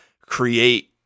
create